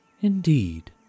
Indeed